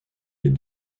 les